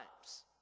times